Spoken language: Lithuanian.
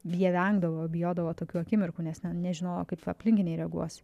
jie vengdavo bijodavo tokių akimirkų nes ne nežinojo kaip aplinkiniai reaguos